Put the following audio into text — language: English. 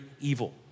evil